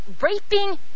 raping